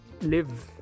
live